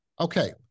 Okay